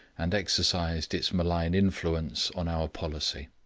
and exercised its malign influence on our policy.